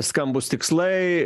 skambūs tikslai